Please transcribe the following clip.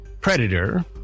predator